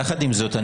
יחד עם זאת,